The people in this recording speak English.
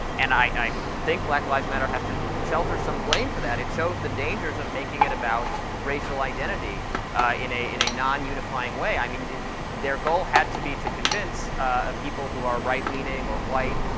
and i think black lives matter has to shoulder some blame for that. it shows the dangers of making it about racial identity in a in a non-unifying way. i mean their goal had to be to convince ah people who are right leaning or white